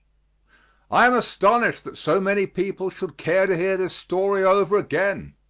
i am astonished that so many people should care to hear this story over again.